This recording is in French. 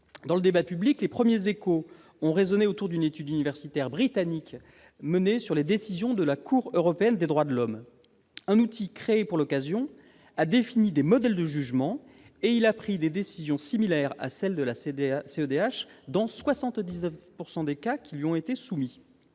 Dans le débat public, les premiers échos ont résonné autour d'une étude universitaire britannique menée sur les décisions de la Cour européenne des droits de l'homme. Un outil créé pour l'occasion a défini des modèles de jugement et a pris des décisions similaires à celles de la CEDH dans 79 % des cas qui lui ont été soumis.